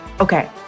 Okay